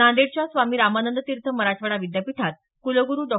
नांदेडच्या स्वामी रामानंद तीर्थ मराठवाडा विद्यापीठात कुलगुरू डॉ